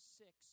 six